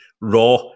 Raw